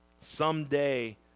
Someday